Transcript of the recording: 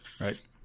Right